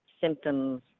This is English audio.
symptoms